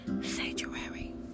sanctuary